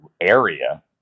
area